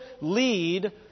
lead